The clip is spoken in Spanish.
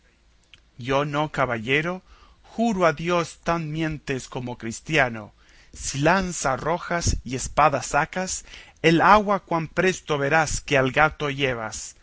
yo no caballero juro a dios tan mientes como cristiano si lanza arrojas y espada sacas el agua cuán presto verás que al gato llevas